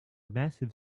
massive